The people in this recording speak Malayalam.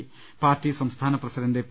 ട പാർട്ടി സംസ്ഥാന പ്രസിഡന്റ് പി